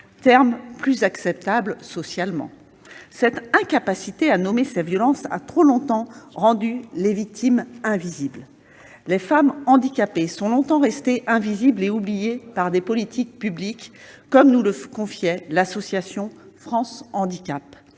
terme plus acceptable socialement. Cette incapacité à nommer ces violences a trop longtemps rendu les victimes invisibles. Les femmes handicapées sont longtemps restées « invisibles et oubliées des politiques publiques », comme nous le confiait APF France handicap.